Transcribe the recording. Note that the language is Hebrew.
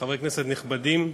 חברי כנסת נכבדים,